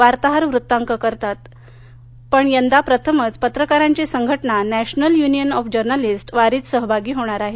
वार्ताहर वृत्तांकन करतात पण यंदा प्रथमच पत्रकारांची संघटना नॅशनल यूनियन ऑफ जर्नालिस्टस् वारीत सहभागी होणार आहे